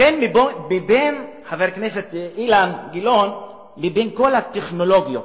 לכן, חבר הכנסת אילן גילאון, מבין כל הטכנולוגיות